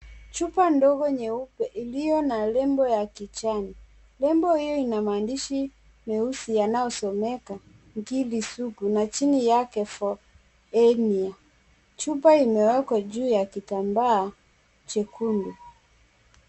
Chupa ndogo nyeupe iliyo na nembo ya kijani. Nembo hiyo ina maandishi meusi yanayosomeka Ngiri Sugu na chini yake for hernia. Chupa imewekwa juu ya kitambaa jekundu.